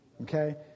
Okay